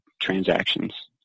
transactions